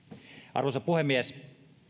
arvoisa puhemies